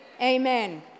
Amen